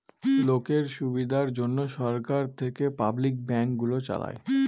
লোকের সুবিধার জন্যে সরকার থেকে পাবলিক ব্যাঙ্ক গুলো চালায়